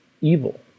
evil